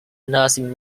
nothing